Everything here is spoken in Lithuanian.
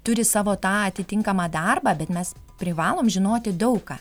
turi savo tą atitinkamą darbą bet mes privalom žinoti daug ką